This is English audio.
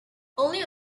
only